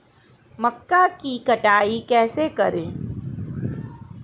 मक्का की कटाई कैसे करें?